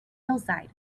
hillside